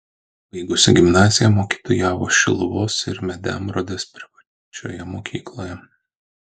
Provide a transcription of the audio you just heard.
baigusi gimnaziją mokytojavo šiluvos ir medemrodės privačioje mokykloje